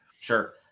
Sure